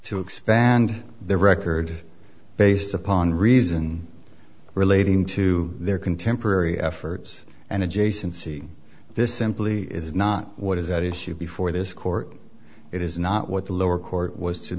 to expand their record based upon reason relating to their contemporary efforts and adjacency this simply is not what is at issue before this court it is not what the lower court was to